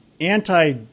anti